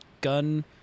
gun